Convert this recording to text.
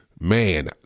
Man